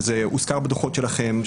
וזה הוזכר בדוחות שלכם,